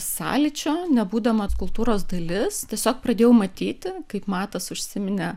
sąlyčio nebūdama kultūros dalis tiesiog pradėjau matyti kaip matas užsiminė